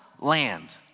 land